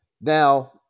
Now